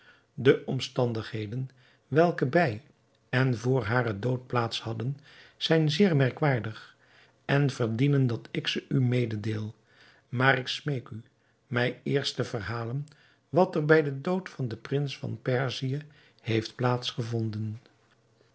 de omstandigheden welke bij en vr haren dood plaats hadden zijn zeer merkwaardig en verdienen dat ik ze u mededeel maar ik smeek u mij eerst te verhalen wat er bij den dood van den prins van perzië heeft